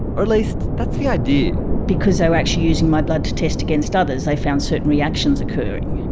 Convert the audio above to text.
or at least that's the idea. because they were actually using my blood to test against others they found certain reactions occuring,